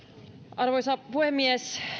arvoisa puhemies